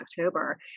October